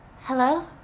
Hello